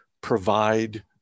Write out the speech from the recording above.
provide